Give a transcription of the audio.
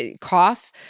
cough